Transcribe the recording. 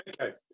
okay